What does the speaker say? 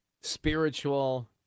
Spiritual